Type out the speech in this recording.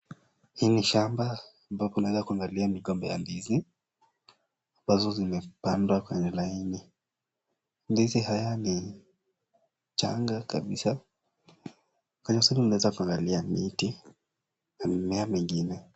Hii ni shamba ambapo unaweza kuangalia migomba ya ndizi ambazo zimepandwa kwenye laini. Ndizi haya ni changa kabisa kwenye usoni unaweza kuangalia miti na mimmea mingine.